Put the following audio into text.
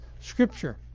scripture